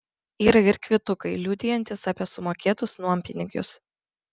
yra ir kvitukai liudijantys apie sumokėtus nuompinigius